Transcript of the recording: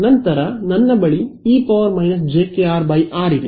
ನಂತರ ನನ್ನ ಬಳಿ e ಜೆಕೆಆರ್ r ಇದೆ